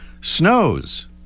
snows